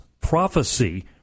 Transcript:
prophecy